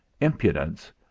Impudence